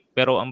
Pero